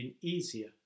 easier